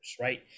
right